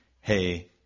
hey